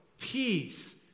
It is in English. peace